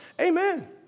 Amen